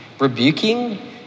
rebuking